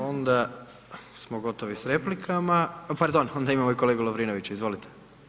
Onda smo gotovi s replikama, pardon, onda imamo kolegu Lovrinovića, izvolite.